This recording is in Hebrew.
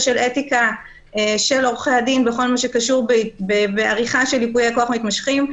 של אתיקה של עורכי הדין בכל מה שקשור בעריכה של ייפויי כוח מתמשכים.